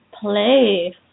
play